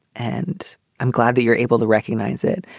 and i'm glad that you're able to recognize it.